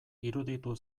iruditu